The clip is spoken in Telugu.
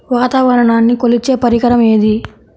వాతావరణాన్ని కొలిచే పరికరం ఏది?